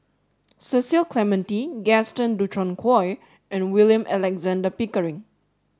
Cecil Clementi Gaston Dutronquoy and William Alexander Pickering